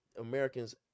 Americans